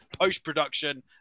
post-production